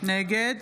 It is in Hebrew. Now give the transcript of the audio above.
נגד